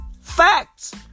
Facts